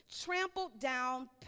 trampled-down